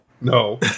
no